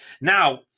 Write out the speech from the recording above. Now